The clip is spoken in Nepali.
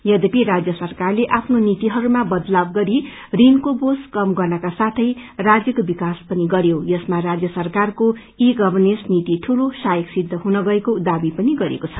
यद्यपि राज्य सरकारले आफ्नो नीतिहरूमा बदलाव गरी ऋणको बोझ कम गर्नका साथै राज्यको विकास पनि गर्योयसमा राज्य सरकारको ई गवर्नेस नीति ईंले सहायक सिद्ध हुन गएको दावी पनि गरिएको छ